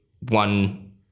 one